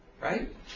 Right